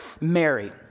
Mary